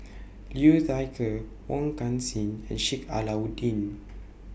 Liu Thai Ker Wong Kan Seng and Sheik Alau'ddin